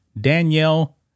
Danielle